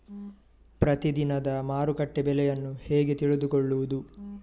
ಪ್ರತಿದಿನದ ಮಾರುಕಟ್ಟೆ ಬೆಲೆಯನ್ನು ಹೇಗೆ ತಿಳಿದುಕೊಳ್ಳುವುದು?